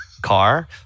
car